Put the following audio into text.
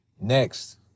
Next